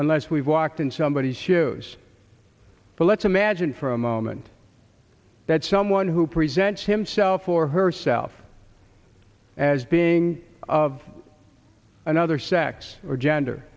unless we've walked in somebody's shoes for let's imagine for a moment that someone who presents himself or herself as being of another sex or gender